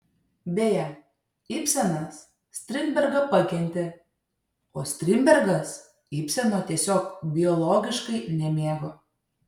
beje ibsenas strindbergą pakentė o strindbergas ibseno tiesiog biologiškai nemėgo